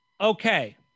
okay